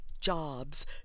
jobs